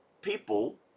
people